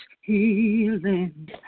healing